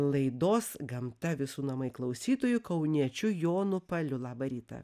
laidos gamta visų namai klausytoju kauniečiu jonu paliu labą rytą